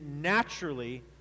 naturally